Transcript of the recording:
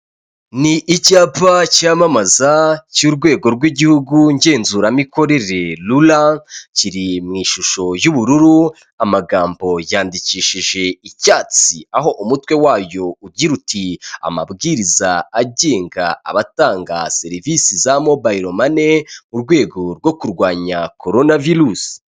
Ni icyapa cyamamaza cy'urwego rw'igihugu ngenzuramikorere rura kiri mu ishusho y'ubururu amagambo yandikishije icyatsi, aho umutwe wayo ugira uti amabwiriza agenga abatanga serivisi za mobayiro mane murwego rwo kurwanya korona virusi.